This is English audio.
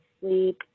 sleep